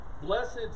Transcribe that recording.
Blessed